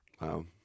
Wow